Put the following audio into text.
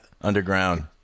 underground